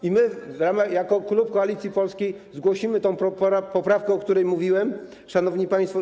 I my jako klub Koalicji Polskiej zgłosimy tę poprawkę, o której mówiłem, szanowni państwo.